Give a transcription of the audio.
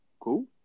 cool